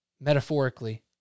metaphorically